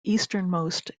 easternmost